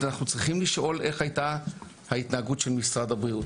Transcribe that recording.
צריך לשאול איך הייתה ההתנהגות של משרד הבריאות.